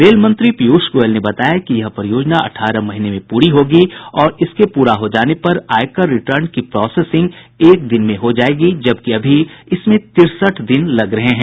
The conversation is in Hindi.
रेल मंत्री पीयूष गोयल ने बताया कि यह परियोजना अठारह महीने में पूरी होगी और इसके पूर्ण होने पर आयकर रिटर्न की प्रोसेसिंग एक दिन में हो जायेगी जबकि अभी इसमें तिरसठ दिन लग रहे हैं